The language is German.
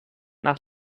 nach